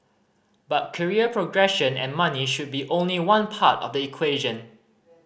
but career progression and money should be only one part of the equation